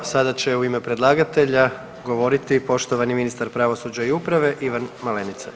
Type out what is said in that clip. Sada će u ime predlagatelja govoriti poštovani ministar pravosuđa i uprave Ivan Malenica.